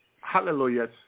hallelujah